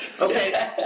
okay